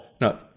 No